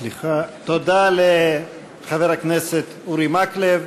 תודה לחבר הכנסת אורי מקלב.